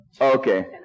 okay